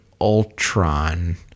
Ultron